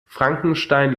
frankenstein